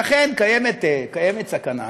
ואכן קיימת סכנה,